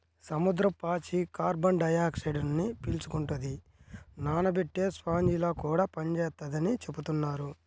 సముద్రపు పాచి కార్బన్ డయాక్సైడ్ను పీల్చుకుంటది, నానబెట్టే స్పాంజిలా కూడా పనిచేత్తదని చెబుతున్నారు